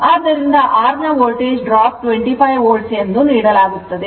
ಆದ್ದರಿಂದ R ನ voltage drop 25 volt ನೀಡಲಾಗುತ್ತದೆ